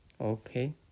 Okay